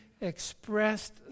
expressed